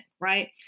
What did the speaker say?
right